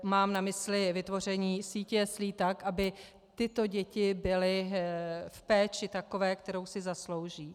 Mám na mysli vytvoření sítě jeslí tak, aby tyto děti byly v takové péči, kterou si zaslouží.